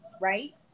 right